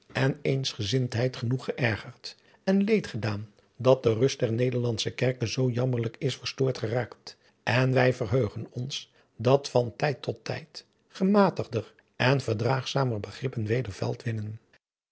en eensgezindheid genoeg geërgerd en leed gedaan dat de rust der nederlandsche kerke zoo jammerlijk is verstoord geraakt en wij verheugen ons dat van tijd tot tijd gematigder en verdraagzamer begrippen weder veld